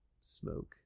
smoke